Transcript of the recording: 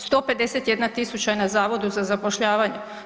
151 tisuća je na Zavodu za zapošljavanje.